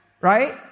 right